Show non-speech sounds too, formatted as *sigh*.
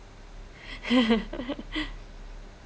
*laughs*